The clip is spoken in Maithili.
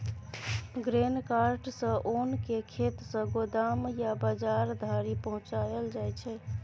ग्रेन कार्ट सँ ओन केँ खेत सँ गोदाम या बजार धरि पहुँचाएल जाइ छै